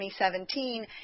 2017